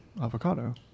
Avocado